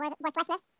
worthlessness